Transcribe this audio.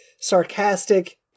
sarcastic